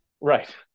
Right